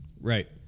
Right